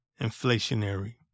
inflationary